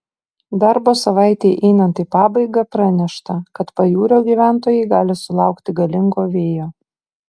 darbo savaitei einant į pabaigą pranešta kad pajūrio gyventojai gali sulaukti galingo vėjo